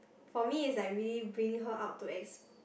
for me is like really bring her out to ex